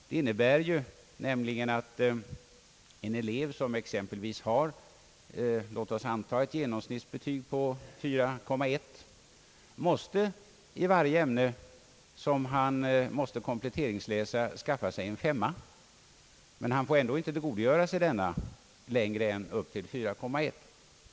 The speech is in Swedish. Den innebär nämligen att en elev, som exempelvis har ett genomsnittsbetyg på 4,1, i varje ämne som han kompletteringsläser måste skaffa sig en 5:a, men han får ändå inte tillgodogöra sig denna längre än upp till 4,1.